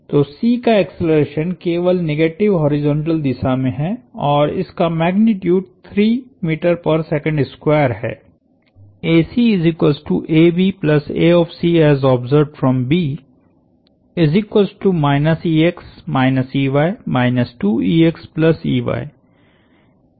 तो C का acceleration केवल निगेटिव हॉरिजॉन्टल दिशा में है और इसका मैग्नीट्यूड है